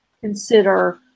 consider